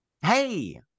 Hey